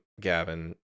Gavin